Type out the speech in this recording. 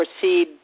proceed